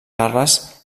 carles